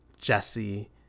Jesse